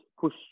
push